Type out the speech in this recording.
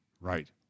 right